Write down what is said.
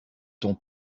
ton